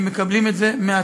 הם מקבלים את זה מהצבא.